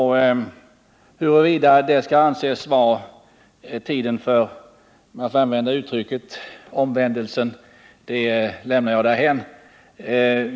Huruvida det året skall anses vara tidpunkten för — om jag får använda uttrycket — omvändelsen lämnar jag därhän.